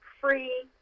free